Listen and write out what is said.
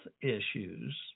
issues